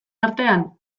artean